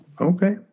Okay